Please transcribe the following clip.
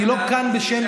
אני לא כאן בשם,